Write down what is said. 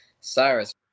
Cyrus